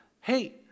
hey